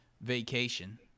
vacation